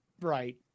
Right